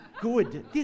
good